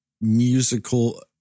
musical